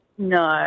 No